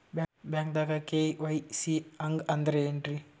ಬ್ಯಾಂಕ್ದಾಗ ಕೆ.ವೈ.ಸಿ ಹಂಗ್ ಅಂದ್ರೆ ಏನ್ರೀ?